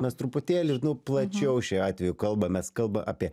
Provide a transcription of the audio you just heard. mes truputėlį nu plačiau šiuo atveju kalbamės kalba apie